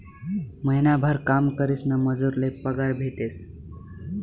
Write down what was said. महिनाभर काम करीसन मजूर ले पगार भेटेस